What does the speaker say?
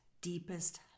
deepest